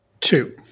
Two